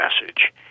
message